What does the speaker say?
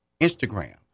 Instagram